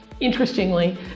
Interestingly